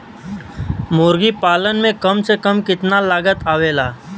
मुर्गी पालन में कम से कम कितना लागत आवेला?